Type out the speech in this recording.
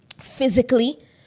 physically